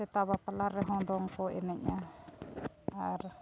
ᱥᱮᱛᱟ ᱵᱟᱯᱞᱟ ᱨᱮᱦᱚᱸ ᱫᱚᱝ ᱠᱚ ᱮᱱᱮᱡᱼᱟ ᱟᱨ